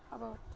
अभवत्